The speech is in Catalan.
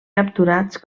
capturats